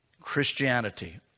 Christianity